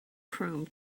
chrome